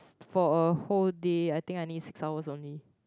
for a whole day I think I need six hours only